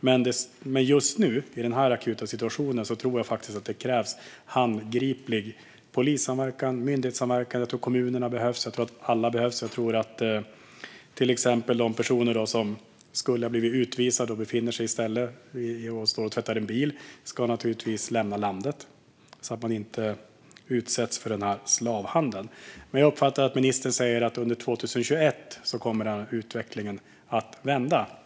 Men just i den här akuta situationen tror jag faktiskt att det krävs handgriplig polissamverkan och myndighetssamverkan, och jag tror att kommunerna behövs. Till exempel ska de personer som skulle ha blivit utvisade men i stället står och tvättar bilar naturligtvis lämna landet, så att de inte utsätts för denna slavhandel. Jag uppfattar att ministern säger att under 2021 kommer denna utveckling att vända.